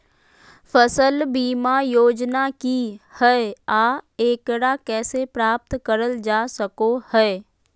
फसल बीमा योजना की हय आ एकरा कैसे प्राप्त करल जा सकों हय?